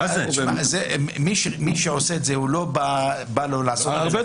הרי מי שעושה את זה לא עשה את זה כי בא לו לעשות את זה באמצע הרחוב.